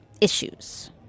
issues